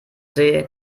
see